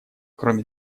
кроме